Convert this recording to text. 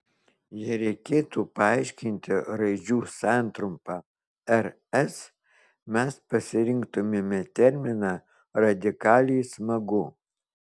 jei reikėtų paaiškinti raidžių santrumpą rs mes pasirinktumėme terminą radikaliai smagu